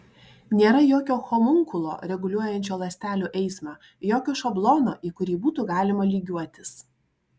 nėra jokio homunkulo reguliuojančio ląstelių eismą jokio šablono į kurį būtų galima lygiuotis